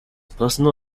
personal